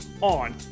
on